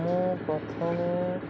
ମୁଁ ପ୍ରଥମେ